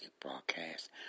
broadcast